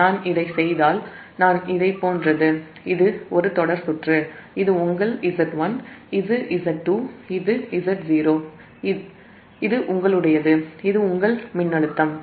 நான் இதைச் செய்தால் நான் இதைப் போன்றதுஇது இது ஒரு தொடர் சுற்று இது உங்கள் Z1 இது Z2 இது Z0 இது உங்கள் 3Zf சரி இது உங்களுடையது இது உங்கள் மின்னழுத்தம் Ia1Ia2Ia0